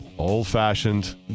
old-fashioned